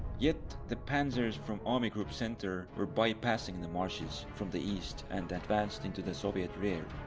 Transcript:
yet the panzers from army group center were bypassing the marshes from the east and advanced into the soviet rear.